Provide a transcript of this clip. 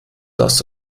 das